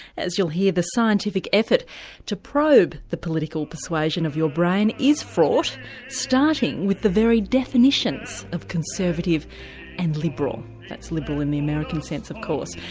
as you'll hear, the scientific effort to probe the political persuasion of your brain is fraught starting with the very definitions of conservative and liberal that's liberal in the american sense, of course.